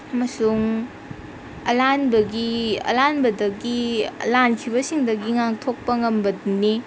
ꯑꯃꯁꯨꯡ ꯑꯂꯥꯟꯕꯒꯤ ꯑꯂꯥꯟꯕꯗꯒꯤ ꯂꯥꯟꯈꯤꯕꯁꯤꯡꯗꯒꯤ ꯉꯥꯡꯊꯣꯛꯄ ꯉꯝꯕꯗꯨꯅꯤ